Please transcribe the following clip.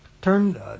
turn